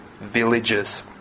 villages